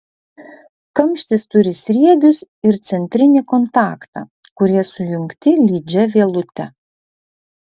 kamštis turi sriegius ir centrinį kontaktą kurie sujungti lydžia vielute